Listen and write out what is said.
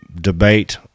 debate